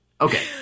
Okay